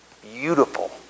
Beautiful